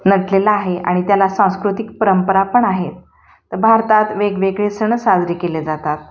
नटलेला आहे आणि त्याला सांस्कृतिक परंपरा पण आहे भारतात वेगवेगळे सण साजरे केले जातात